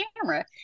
camera